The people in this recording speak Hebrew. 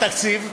בתקציב,